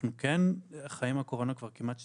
אנחנו כן חיים עם הקורונה כמעט שנתיים.